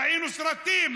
ראינו סרטים,